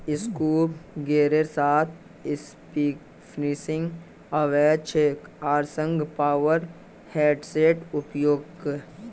scuba गियरेर साथ spearfishing अवैध छेक आर संगह पावर हेड्सेर उपयोगो